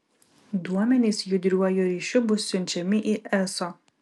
duomenys judriuoju ryšiu bus siunčiami į eso